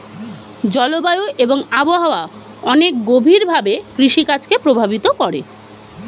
জলবায়ু এবং আবহাওয়া অনেক গভীরভাবে কৃষিকাজ কে প্রভাবিত করে